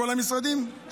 כל המשרדים,